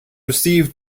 received